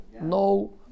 No